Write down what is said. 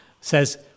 says